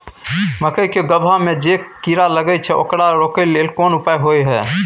मकई के गबहा में जे कीरा लागय छै ओकरा रोके लेल कोन उपाय होय है?